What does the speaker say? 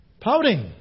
pouting